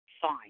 Fine